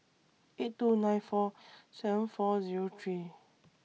eight two nine four seven four Zero three